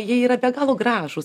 jie yra be galo gražūs